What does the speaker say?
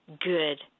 good